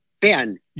Ben